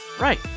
Right